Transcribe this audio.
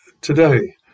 today